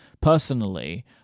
personally